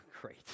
great